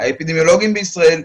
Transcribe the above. האפידמיולוגים בישראל,